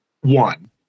one